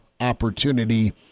opportunity